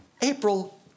April